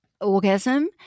orgasm